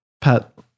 Pat